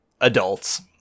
adults